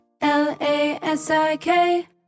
L-A-S-I-K